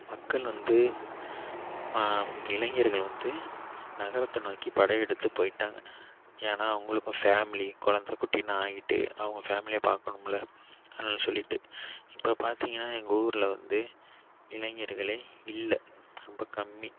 மக்கள் வந்து இளைஞர்கள் வந்து நகரத்தை நோக்கி படையெடுத்து போயிட்டாங்க ஏன்னால் அவங்களுக்கும் ஃபேமிலி குழந்தக் குட்டின்னு ஆகிட்டு அவங்க ஃபேமிலியை பார்க்கணுமில்ல அதனால் சொல்லிட்டு இப்போ பார்த்தீங்கன்னா எங்கள் ஊரில் வந்து இளைஞர்களே இல்லை ரொம்ப கம்மி